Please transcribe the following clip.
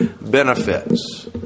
benefits